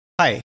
Hi